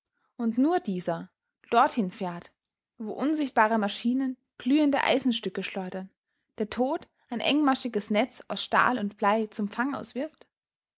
und nur dieser dorthin fährt wo unsichtbare maschinen glühende eisenstücke schleudern der tod ein engmaschiges netz aus stahl und blei zum fang auswirft